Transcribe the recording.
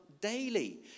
daily